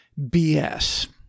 bs